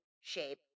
shape